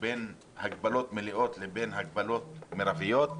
בין הגבלות מלאות לבין הגבלות מרביות?